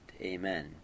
Amen